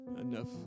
enough